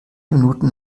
minuten